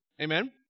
Amen